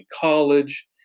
college